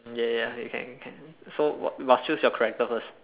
ya ya okay can can so must choose your character first